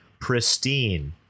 pristine